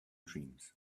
dreams